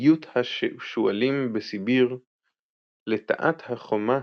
ביות השועלים בסיביר לטאת החומה